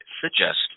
suggest